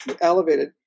elevated